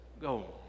go